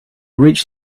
reached